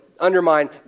undermine